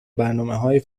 برنامههای